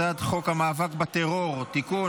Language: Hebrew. הצעת חוק המאבק בטרור (תיקון,